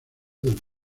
del